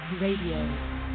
Radio